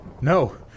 No